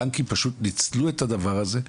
הבנקים פשוט ניצלו את הדבר הזה,